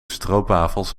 stroopwafels